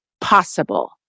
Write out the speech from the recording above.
possible